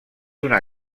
una